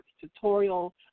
tutorial